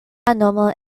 nomo